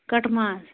کٹہٕ ماز